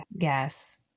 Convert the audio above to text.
yes